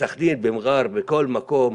בסכנין, במראר, בכל מקום,